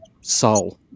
soul